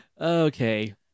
Okay